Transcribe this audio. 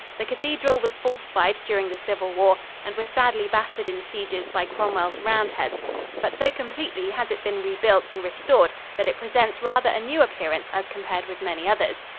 the cathedral was fortified during the civil war and was sadly battered in sieges by cromwell's roundheads but so completely has it been rebuilt and restored that it presents rather a new appearance as compared with many others.